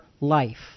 life